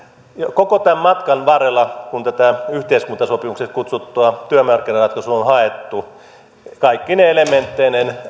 koko tämän matkan varrella kun tätä yhteiskuntasopimukseksi kutsuttua työmarkkinaratkaisua on haettu kaikkine elementteineen